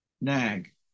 nag